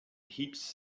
heaps